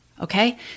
okay